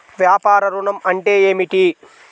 వ్యాపార ఋణం అంటే ఏమిటి?